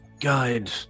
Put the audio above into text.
guide